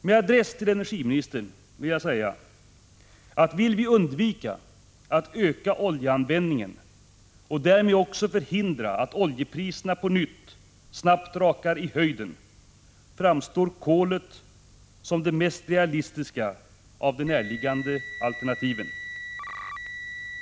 Med adress till energiministern vill jag säga att vill vi undvika att öka oljeanvändningen och därmed också förhindra att oljepriserna på nytt snabbt rakar i höjden, framstår kolet som det mest realistiska av de närliggande alternativen.